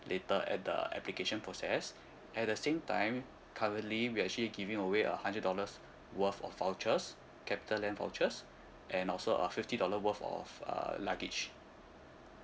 later at the application process at the same time currently we are actually giving away a hundred dollars worth of vouchers capitaland vouchers and also a fifty dollar worth of uh luggage